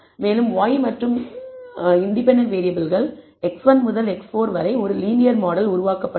மேலும் y மற்றும் independent வேறியபிள்கள் x1 முதல் x4 வரை ஒரு லீனியர் மாடல் உருவாக்கப்பட்டது